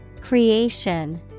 Creation